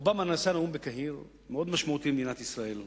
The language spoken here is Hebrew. אובמה נשא נאום בקהיר, מאוד משמעותי למדינת ישראל.